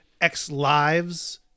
X-Lives